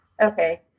Okay